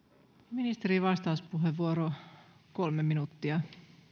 ministerin vastauspuheenvuoro kolme minuuttia